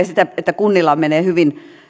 sitä että kunnilla menee hyvin